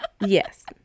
yes